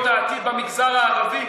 במדעניות העתיד במגזר הערבי.